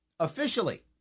Officially